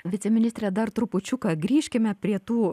viceministre dar trupučiuką grįžkime prie tų